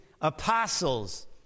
apostles